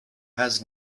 has